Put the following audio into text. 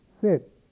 sit